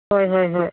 ꯍꯣꯏ ꯍꯣꯏ ꯍꯣꯏ